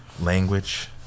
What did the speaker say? language